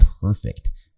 perfect